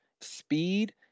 speed